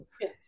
Yes